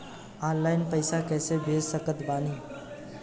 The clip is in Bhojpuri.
ऑनलाइन पैसा कैसे भेज सकत बानी?